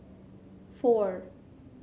four